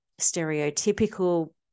stereotypical